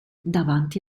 davanti